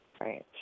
Right